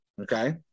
Okay